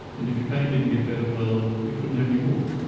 and if your pain didn't get better, well, you couldn't have any more.